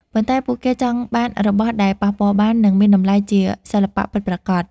ប៉ុន្តែពួកគេចង់បានរបស់ដែលប៉ះពាល់បាន និងមានតម្លៃជាសិល្បៈពិតប្រាកដ។